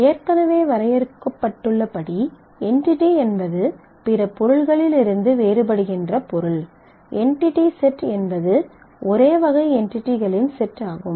ஏற்கனவே வரையறுக்கப்பட்டுள்ளபடி என்டிடி என்பது பிற பொருள்களிலிருந்து வேறுபடுகின்ற பொருள் என்டிடி செட் என்பது ஒரே வகை என்டிடிகளின் செட் ஆகும்